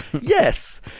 yes